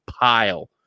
pile